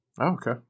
okay